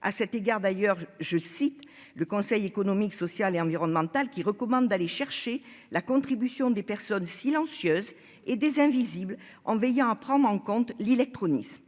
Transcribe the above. à cet égard, d'ailleurs, je cite le Conseil économique, social et environnemental, qui recommande d'aller chercher la contribution des personnes silencieuse et des invisibles, en veillant à prendre en compte l'électronique,